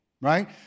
Right